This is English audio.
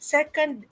Second